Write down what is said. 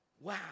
wow